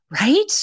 Right